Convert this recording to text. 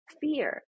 fear